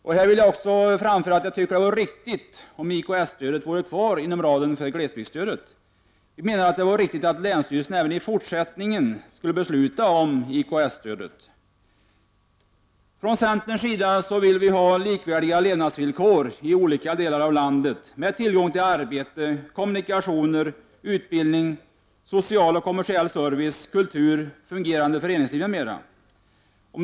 Jag vill också framföra att jag tycker det vore riktigt om IKS-stödet vore kvar inom ramen för glesbygdsstödet. Vi menar att det vore riktigt att länsstyrelsen även i fortsättningen finge besluta om IKS-stöd. Från centerns sida vill vi ha likvärdiga levnadsvillkor i olika delar av landet med tillgång till arbete, kommunikationer, utbildning, social och kommersiell service, kultur, fungerande föreningsliv m.m.